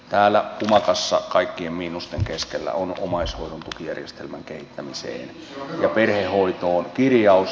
täällä pumakassa kaikkien miinusten keskellä on omaishoidon tukijärjestelmän kehittämiseen ja perhehoitoon kirjaus